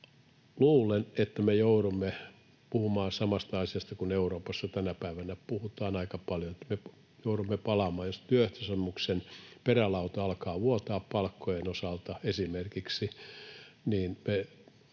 luulen, että me joudumme puhumaan samasta asiasta kuin mistä Euroopassa tänä päivänä puhutaan aika paljon, eli me joudumme palaamaan tähän. Jos työehtosopimuksen perälauta alkaa vuotaa esimerkiksi